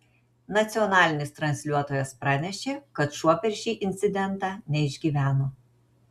nacionalinis transliuotojas pranešė kad šuo per šį incidentą neišgyveno